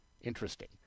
Interesting